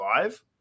five